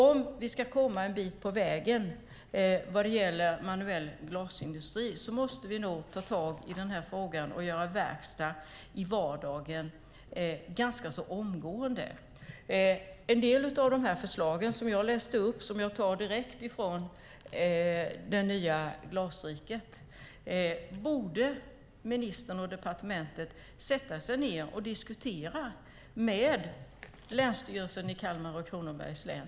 Om vi ska komma en bit på vägen vad det gäller manuell glasindustri måste vi nog ta tag i den här frågan och göra verkstad i vardagen ganska omgående. En del av de förslag som jag läste upp, som jag tog direkt från Det nya Glasriket , borde ministern och departementet sätta sig ned och diskutera med länsstyrelserna i Kalmar och Kronobergs län.